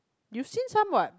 you seen some what